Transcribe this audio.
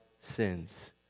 sins